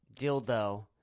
dildo